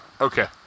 Okay